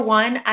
one